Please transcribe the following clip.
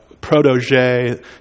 protege